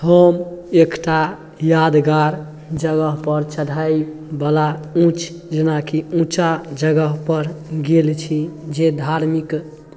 हम एकटा यादगार जगहपर चढ़ाइवला ऊँच जेना कि ऊँचा जगहपर गेल छी जे धार्मिक